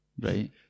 Right